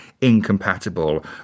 incompatible